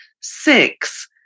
six